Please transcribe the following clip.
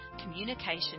communication